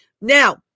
now